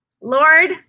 Lord